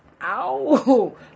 ow